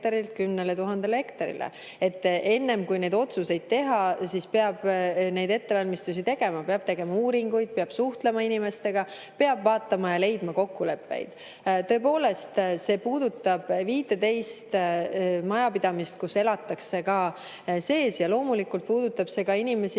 10 000 hektarile. Enne kui need otsused teha, peab ettevalmistusi tegema, peab tegema uuringuid, peab suhtlema inimestega, peab vaatama ja leidma kokkuleppeid. Tõepoolest, see puudutab 15 majapidamist, kus elatakse ka sees, ja loomulikult puudutab see ka inimesi,